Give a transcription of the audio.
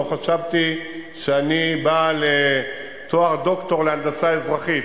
לא חשבתי שאני בעל תואר דוקטור להנדסה אזרחית,